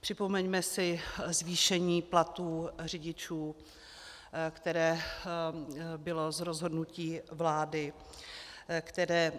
Připomeňme si zvýšení platů řidičů, které bylo z rozhodnutí vlády, které